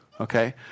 Okay